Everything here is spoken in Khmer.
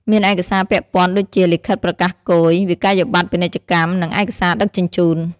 មានឯកសារពាក់ព័ន្ធដូចជា លិខិតប្រកាសគយ វិក្កយបត្រពាណិជ្ជកម្ម និងឯកសារដឹកជញ្ជូន។